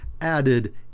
added